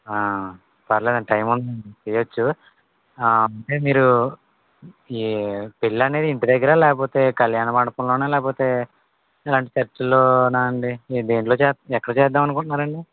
పర్వాలేదండి టైం ఉందండి చెయ్యచ్చు మీరు ఈ పెళ్ళనేది ఇంటి దగ్గరా లేకపోతే కళ్యాణమండపంలోనా లేకపోతే ఇలాంటి చర్చిలోనా అండి మీరు దేంట్లో చే ఎక్కడ చేద్దామనుకుంటున్నారండి